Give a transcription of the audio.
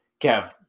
Kev